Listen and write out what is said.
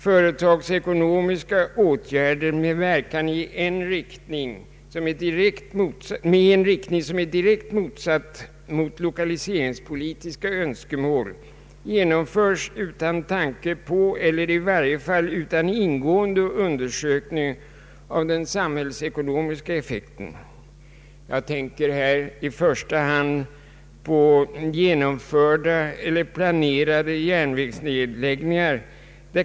Företagsekonomiska åtgärder med verkan i en riktning som är direkt motsatt mot lokaliseringspolitiska önskemål genomförs utan tanke på eller i varje fall utan ingående undersökning av den samhällsekonomiska effekten. Jag tänker här i första hand på genomförda eller planerade järnvägsnedläggningar.